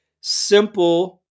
simple